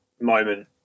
moment